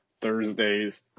Thursday's